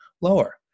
lower